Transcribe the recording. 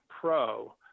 Pro